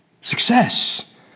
success